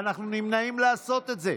ואנחנו נמנעים מלעשות את זה.